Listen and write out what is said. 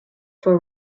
for